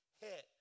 hit